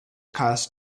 cast